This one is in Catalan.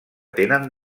tenen